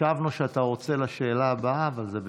חשבנו שאתה רוצה לשאלה הבאה, אבל זה בסדר.